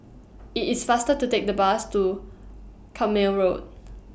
IT IS faster to Take The Bus to Carpmael Road